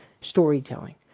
storytelling